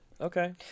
Okay